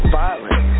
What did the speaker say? violent